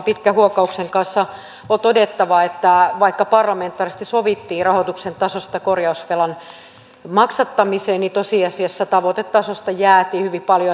pitkän huokauksen kanssa on todettava että vaikka parlamentaarisesti sovittiin rahoituksen tasosta korjausvelan maksattamiseksi niin tosiasiassa tavoitetasosta jäätiin hyvin paljon